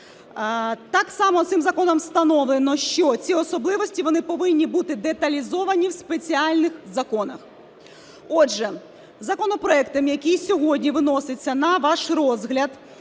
Так само цим законом встановлено, що ці особливості, вони повинні бути деталізовані в спеціальних законах. Отже, законопроектом, який сьогодні виноситься на ваш розгляд,